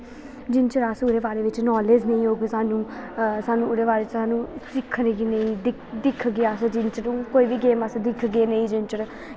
जिन्ने चिर उस चीज बारे क्रेज नेईं होग सानूं ओह्दे बारै च सानूं सिक्खने गी दिक्खगे अस जिन्ने चिर कोई बी गेम अस दिखगे नेईं जिन्ने चिर